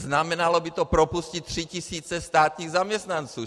Znamenalo by to propustit tři tisíce státních zaměstnanců.